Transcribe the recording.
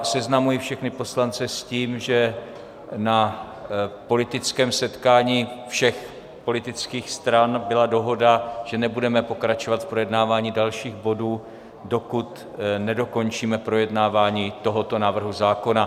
Seznamuji všechny poslance s tím, že na politickém setkání všech politických stran byla dohoda, že nebudeme pokračovat v projednávání dalších bodů, dokud nedokončíme projednávání tohoto návrhu zákona.